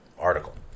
article